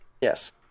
Yes